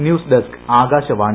news desk Akashvani